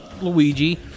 Luigi